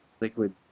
liquid